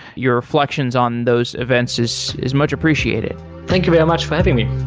your reflections on those events is is much appreciated thank you very much for having me